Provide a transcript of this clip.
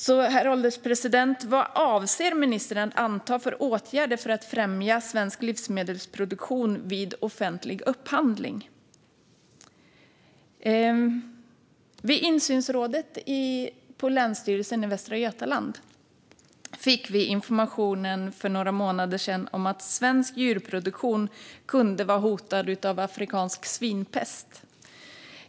Vad avser ministern att vidta för åtgärder för att främja svensk livsmedelsproduktion vid offentlig upphandling? Vid insynsrådet på länsstyrelsen i Västra Götaland fick vi för några månader sedan information om att svensk djurproduktion kunde vara hotad av afrikansk svinpest.